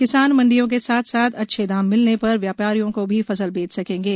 किसान मंडियो के साथ साथ अच्छे दाम मिलने पर व्यापारियों को भी फसल बेच सकेंगे